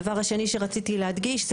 הדבר השני שרציתי להדגיש,